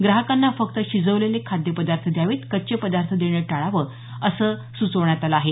ग्राहकांना फक्त शिजवलेले खाद्य पदार्थ द्यावेत कच्चे पदार्थ देणं टाळावं असं या सुचवण्यात आलं आहे